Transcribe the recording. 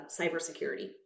cybersecurity